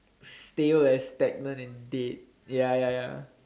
stay where it is stagnant and dead ya ya ya